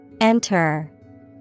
Enter